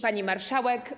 Pani Marszałek!